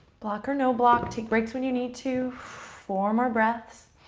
block or no block. take breaks when you need to. four more breaths.